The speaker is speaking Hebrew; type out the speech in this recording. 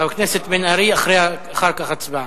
חבר הכנסת בן-ארי, אחר כך הצבעה.